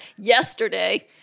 yesterday